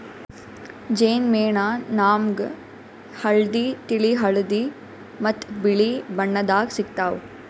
ಜೇನ್ ಮೇಣ ನಾಮ್ಗ್ ಹಳ್ದಿ, ತಿಳಿ ಹಳದಿ ಮತ್ತ್ ಬಿಳಿ ಬಣ್ಣದಾಗ್ ಸಿಗ್ತಾವ್